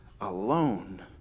alone